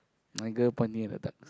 my girl pointing at the ducks